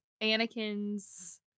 Anakin's